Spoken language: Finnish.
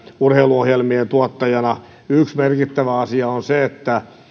urheiluohjelmien tuottajana yksi merkittävä asia on se että